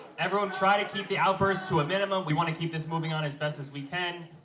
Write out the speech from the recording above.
everyone, try to keep the outbursts to a minimum, we wanna keep this moving on as best as we can.